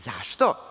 Zašto?